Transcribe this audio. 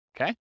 Okay